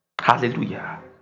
Hallelujah